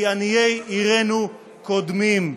כי עניי עירנו קודמים.